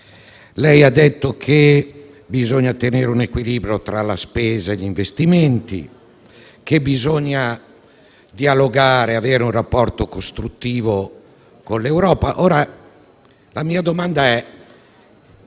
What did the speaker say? Ha detto che bisogna mantenere un equilibrio tra la spesa e gli investimenti, che bisogna dialogare e avere un rapporto costruttivo con l'Europa. Ora, la mia domanda è: